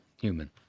human